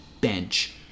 bench